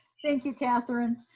thank you, catherine.